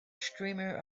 streamer